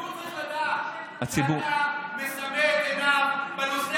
הציבור צריך לדעת שאתה מסמא את עיניו בנושא